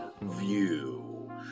view